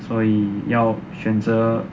所以要选择